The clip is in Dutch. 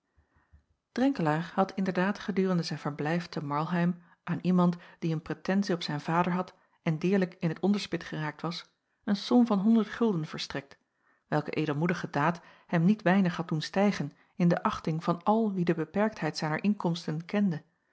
drenkelaer had inderdaad gedurende zijn verblijf te marlheim aan iemand die een pretensie op zijn vader had en deerlijk in t onderspit geraakt was een som van honderd gulden verstrekt welke edelmoedige daad hem niet weinig had doen stijgen in de achting van al wie de beperktheid zijner inkomsten kende